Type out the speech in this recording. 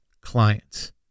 clients